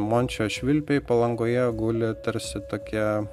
mončio švilpiai palangoje guli tarsi tokie